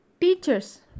Teachers